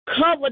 Cover